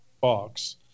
box